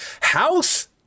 House